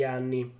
anni